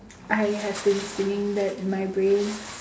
I have been singing that in my brain